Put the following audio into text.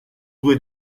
due